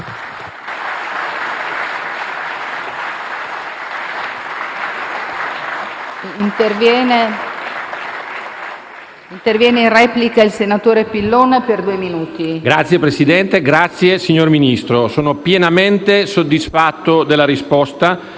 Signor Presidente, signor Ministro, sono pienamente soddisfatto della risposta.